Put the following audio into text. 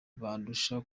bandusha